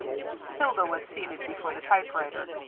hilda was seated before the typewriter.